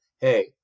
hey